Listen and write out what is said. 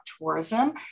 tourism